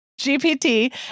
GPT